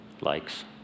likes